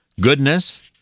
goodness